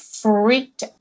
freaked